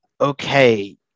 Okay